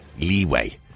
leeway